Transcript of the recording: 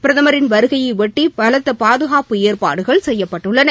பிரதமரின் வருகையையொட்டி பலத்த பாதுகாப்பு ஏற்பாடுகள் செய்யப்பட்டுள்ளன